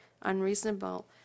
unreasonable